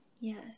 yes